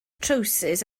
trowsus